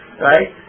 right